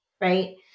Right